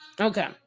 Okay